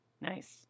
nice